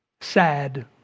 sad